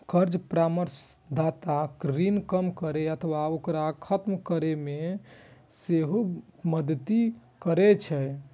कर्ज परामर्शदाता ऋण कम करै अथवा ओकरा खत्म करै मे सेहो मदति करै छै